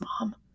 mom